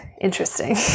interesting